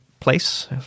place